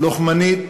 לוחמנית,